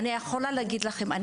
אני יכולה להגיד לכם,